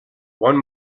one